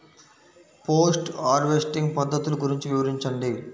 Post harvesting పద్ధతులు గురించి వివరించండి?